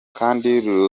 kandi